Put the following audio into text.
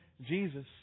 Jesus